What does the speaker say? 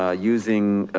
ah using,